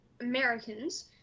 Americans